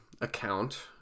account